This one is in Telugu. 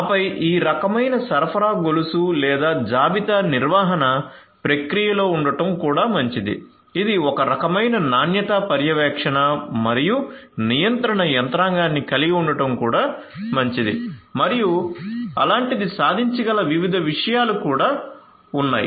ఆపై ఈ రకమైన సరఫరా గొలుసు లేదా జాబితా నిర్వహణ ప్రక్రియలో ఉండటం కూడా మంచిది ఇది ఒక రకమైన నాణ్యతా పర్యవేక్షణ మరియు నియంత్రణ యంత్రాంగాన్ని కలిగి ఉండటం కూడా మంచిది మరియు అలాంటిది సాధించగల వివిధ విషయాలు కూడా ఉన్నాయి